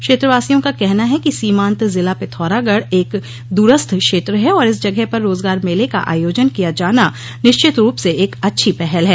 क्षेत्रवासियों का कहना है कि सीमान्त जिला पिथौरागढ़ एक दूरस्थ क्षेत्र है और इस जगह पर रोजगार मेले का आयोजन किया जाना निश्चित रूप से एक अच्छी पहल है